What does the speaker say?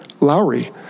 Lowry